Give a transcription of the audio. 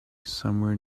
somewhere